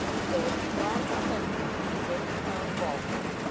as though with a strong presentiment that he was going to be found fault with.